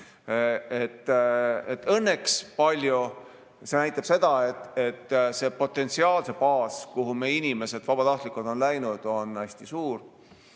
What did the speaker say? Õnneks palju – see näitab seda, et potentsiaalne baas, kuhu meie inimesed on vabatahtlikuks läinud, on hästi suur.